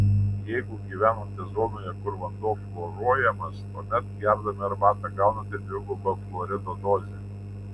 jeigu gyvenate zonoje kur vanduo fluoruojamas tuomet gerdami arbatą gaunate dvigubą fluorido dozę